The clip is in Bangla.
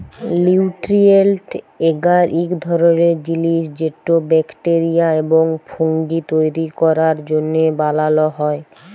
লিউটিরিয়েল্ট এগার ইক ধরলের জিলিস যেট ব্যাকটেরিয়া এবং ফুঙ্গি তৈরি ক্যরার জ্যনহে বালাল হ্যয়